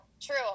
true